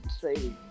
say